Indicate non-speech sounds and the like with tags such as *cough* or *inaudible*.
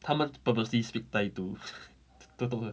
他们 purposely speak thai to *laughs* 逗逗她